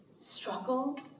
struggle